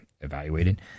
evaluated